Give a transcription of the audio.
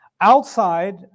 Outside